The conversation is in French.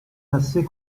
assez